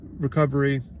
recovery